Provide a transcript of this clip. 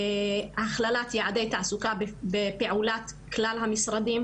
הכללת יעדי התעסוקה בפעולת כלל המשרדים.